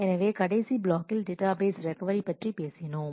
எனவே கடைசி பிளாக்கில் டேட்டாபேஸ் ரெக்கவரி பற்றி பேசினோம்